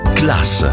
class